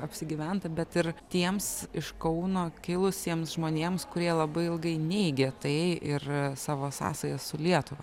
apsigyventą bet ir tiems iš kauno kilusiems žmonėms kurie labai ilgai neigė tai ir savo sąsajas su lietuva